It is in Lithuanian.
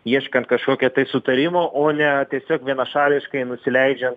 ieškant kažkokio sutarimo o ne tiesiog vienašališkai nusileidžiant